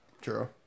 True